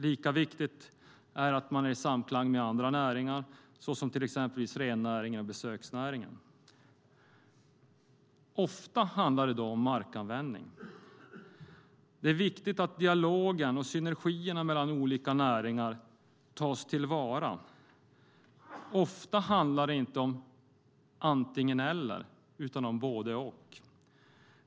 Lika viktigt är att man är i samklang med andra näringar som exempelvis besöksnäringen och rennäringen. Ofta handlar det då om markanvändning. Det är viktigt att dialogen och synergierna mellan olika näringar tas till vara. Ofta handlar det inte om antingen eller utan om både och.